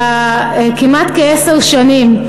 כמעט כעשר שנים,